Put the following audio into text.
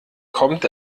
kommt